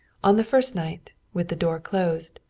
on the first night, with the door closed,